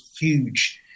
huge